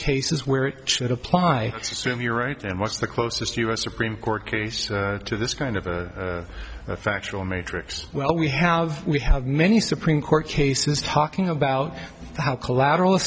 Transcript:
cases where it should apply sort of your right and what's the closest u s supreme court case to this kind of a factual matrix well we have we have many supreme court cases talking about how collateral